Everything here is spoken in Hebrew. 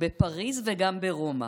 בפריז וגם ברומא,